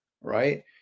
right